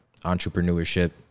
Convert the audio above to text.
entrepreneurship